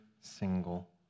single